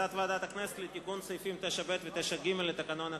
הצעת ועדת הכנסת לתיקון סעיפים 9ב ו-9ג לתקנון הכנסת.